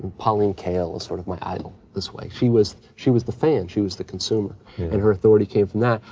pauline kael is sort of my idol this way. she was, she was the fan. she was the consumer and her authority came from that.